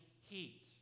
heat